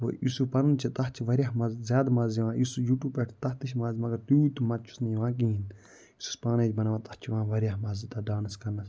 وٕ یُس یہِ پَنُن چھِ تَتھ چھِ واریاہ مَزٕ زیادٕ مَزٕ یِوان یُس یوٗٹیوٗب پٮ۪ٹھ تَتھ تہِ چھِ مَزٕ مگر تیوٗت تہِ مَزٕ چھُس نہٕ یِوان کِہیٖنۍ یُس أسۍ پانٕے چھِ بناوان تَتھ چھِ یِوان واریاہ مَزٕ تَتھ ڈانَس کرنَس